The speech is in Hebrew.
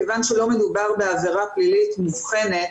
מכיוון שלא מדובר בעבירה פלילית מובחנת,